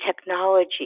technology